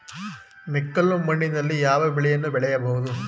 ಮೆಕ್ಕಲು ಮಣ್ಣಿನಲ್ಲಿ ಯಾವ ಬೆಳೆಯನ್ನು ಬೆಳೆಯಬಹುದು?